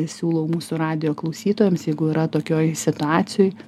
siūlau mūsų radijo klausytojams jeigu yra tokioj situacijoj